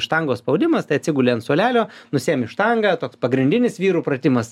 štangos spaudimas tai atsiguli ant suolelio nusiemi štangą toks pagrindinis vyrų pratimas